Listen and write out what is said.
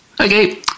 Okay